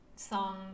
song